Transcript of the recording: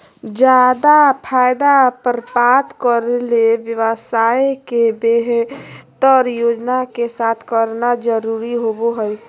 ज्यादा फायदा प्राप्त करे ले व्यवसाय के बेहतर योजना के साथ करना जरुरी होबो हइ